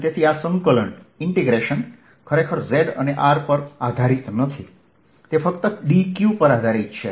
તેથી આ સંકલન ખરેખર z અને r પર આધારિત નથી તે ફક્ત dq પર આધારિત છે